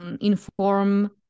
inform